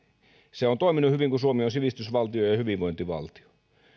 se on toiminut hyvin kun suomi on ollut sivistysvaltio ja ja hyvinvointivaltio